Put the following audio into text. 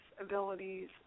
abilities